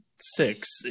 six